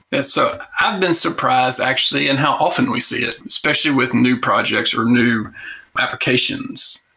yes. ah i've been surprised actually in how often we see it, especially with new projects or new applications.